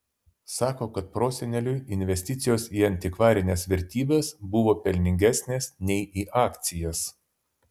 sako kad proseneliui investicijos į antikvarines vertybes buvo pelningesnės nei į akcijas